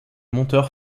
monteur